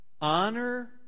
honor